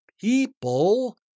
people